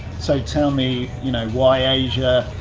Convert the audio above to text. so tell me, you know, why asia,